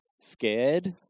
scared